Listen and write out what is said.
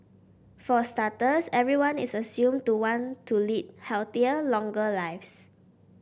for starters everyone is assumed to want to lead healthier longer lives